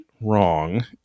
wrong